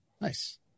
nice